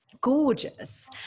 Gorgeous